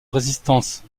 résistance